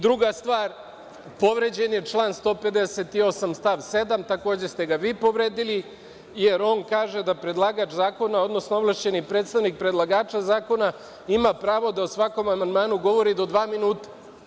Druga stvar, povređen je član 158. stav 7, takođe ste ga vi povredili, jer on kaže da predlagač zakona, odnosno ovlašćeni predstavnik predlagača zakona ima pravo da o svakom amandmanu govori do dva minuta.